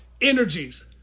energies